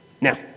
Now